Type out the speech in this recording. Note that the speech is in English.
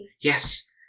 Yes